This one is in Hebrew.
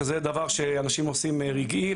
שזה דבר שאנשים עושים רגעי.